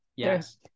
Yes